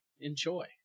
Enjoy